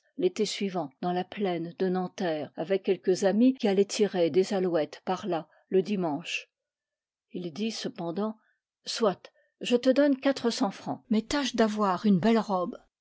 chasse l'été suivant dans la plaine de nanterre avec quelques amis qui allaient tirer des alouettes par là le dimanche ii dit cependant soit je te donne quatre cents francs mais tâche d'avoir une belle robe